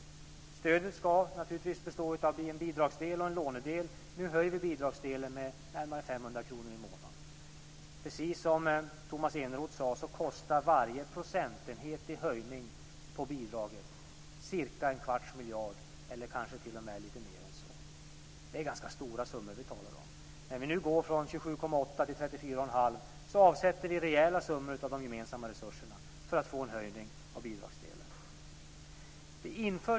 Stödet ska naturligtvis bestå av en bidragsdel och en lånedel. Nu höjer vi bidragsdelen med närmare 500 kr i månaden. Precis som Tomas Eneroth sade, kostar varje procentenhet i höjning av bidraget cirka en kvarts miljard, eller kanske t.o.m. lite mer än så. Det är ganska stora summor vi talar om. När vi nu går från 27,8 miljarder till 34 1⁄2 miljarder avsätter vi rejäla summor av de gemensamma resurserna för att få en höjning av bidragsdelen.